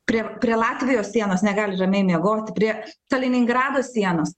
prie prie latvijos sienos negali ramiai miegoti prie kaliningrado sienos